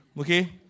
Okay